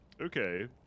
okay